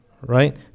right